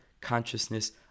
consciousness